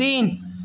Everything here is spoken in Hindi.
तीन